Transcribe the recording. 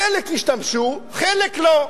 חלק השתמשו, חלק לא,